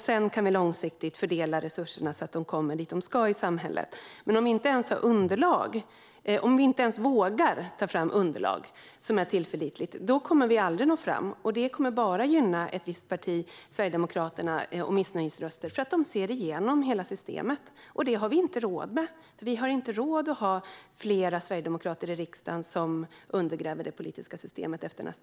Sedan kan vi långsiktigt fördela resurserna så att de kommer dit de ska i samhället. Om vi inte ens vågar ta fram tillförlitliga underlag kommer vi dock aldrig att nå fram, och det kommer bara att gynna ett visst parti - Sverigedemokraterna - och missnöjesröster, för att de ser igenom hela systemet. Det har vi inte råd med. Vi har inte råd att efter nästa val ha fler sverigedemokrater i riksdagen som undergräver det politiska systemet.